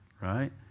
right